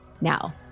now